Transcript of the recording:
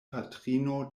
patrino